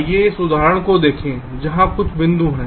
आइए इस उदाहरण को देखें जहां कुछ बिंदु हैं